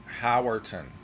Howerton